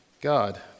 God